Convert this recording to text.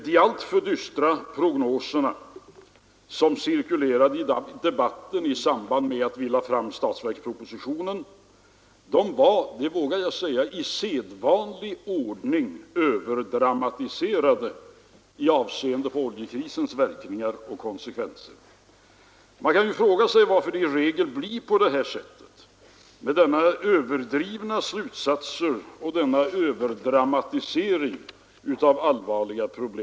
De alltför dystra prognoser som cirkulerade i debatten i samband med att vi lade fram statsverkspropositionen var, det vågar jag säga, i sedvanlig ordning överdramatiserade i vad gäller oljekrisens verkningar och konsekvenser. Man kan ju fråga sig varför det i regel dras överdrivna slutsatser och varför allvarliga problem överdramatiseras.